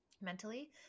mentally